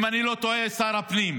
אם אני לא טועה, שר הפנים,